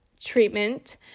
treatment